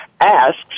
asks